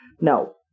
No